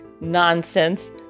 nonsense